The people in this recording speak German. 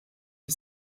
die